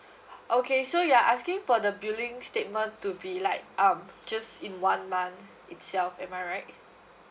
okay so you're asking for the billing statement to be like um just in one month itself am I right